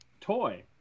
toy